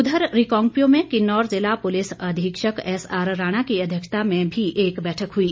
उधर रिकांगपिओ में किन्नौर ज़िला पुलिस अधीक्षक एसआर राणा की अध्यक्षता में भी एक बैठक हुई